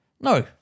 No